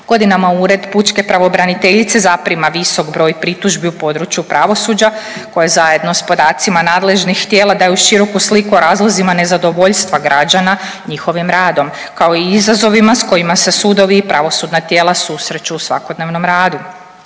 Godinama Ured pučke pravobraniteljice zaprima visok broj pritužbi u području pravosuđa koje zajedno sa podacima nadležnih tijela daju široku sliku o razlozima nezadovoljstva građana njihovim radom kao i izazovima sa kojima se sudovi i pravosudna tijela susreću u svakodnevnom radu.